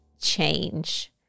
change